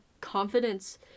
confidence